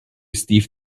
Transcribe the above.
steve